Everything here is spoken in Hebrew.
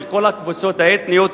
של כל הקבוצות האתניות,